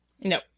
No